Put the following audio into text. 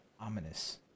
ominous